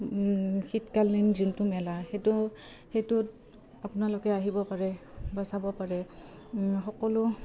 শীতকালীন যোনটো মেলা সেইটো সেইটোত আপোনালোকে আহিব পাৰে বা চাব পাৰে সকলো